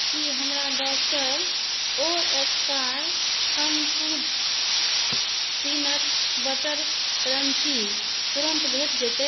की हमरा doctor Oetker FunFoods peanut butter crunchy तुरन्त भेट जेतै